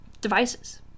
devices